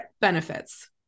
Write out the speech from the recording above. benefits